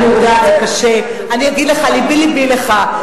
קשה לך לראות את ציפי היום,